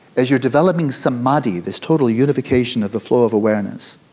as you are developing samadhi, this total unification of the flow of awareness?